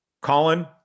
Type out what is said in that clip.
Colin